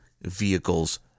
vehicles